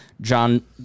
john